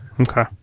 okay